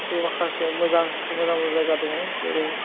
माखासे मोजां मोजां मोजां जायगा दङ जेरै